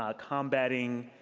ah combat being